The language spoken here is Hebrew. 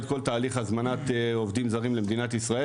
כל תהליך הזמנת עובדים זרים למדינת ישראל.